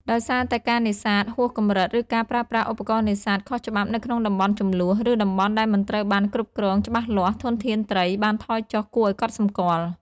ដោយសារតែការនេសាទហួសកម្រិត ឬការប្រើប្រាស់ឧបករណ៍នេសាទខុសច្បាប់នៅក្នុងតំបន់ជម្លោះ ឬតំបន់ដែលមិនត្រូវបានគ្រប់គ្រងច្បាស់លាស់ ធនធានត្រីបានថយចុះគួរឱ្យកត់សម្គាល់។